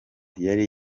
yari